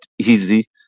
easy